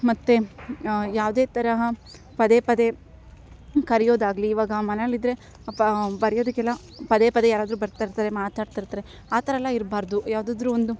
ಮತ್ತು ಯಾವುದೇ ತರಹ ಪದೇ ಪದೇ ಕರಿಯೋದಾಗಲಿ ಇವಾಗ ಮನೇಲಿದ್ರೆ ಅಪಾ ಬರಿಯೋದಕ್ಕೆಲ್ಲ ಪದೇ ಪದೇ ಯಾರಾದರು ಬರ್ತಿರ್ತಾರೆ ಮಾತಾಡ್ತಿರ್ತಾರೆ ಆ ಥರ ಎಲ್ಲ ಇರಬಾರ್ದು ಯಾವುದಾದ್ರು ಒಂದು